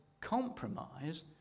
compromise